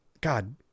God